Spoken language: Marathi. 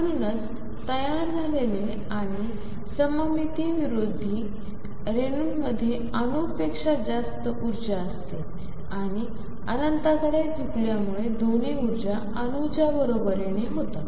म्हणूनच तयार झालेले आणि सममितीविरोधी रेणूंमध्ये अणूपेक्षा जास्त ऊर्जा असते आणि अनंततेकडे झुकल्यामुळे दोन्ही ऊर्जा अणूच्या बरोबरीच्या होतात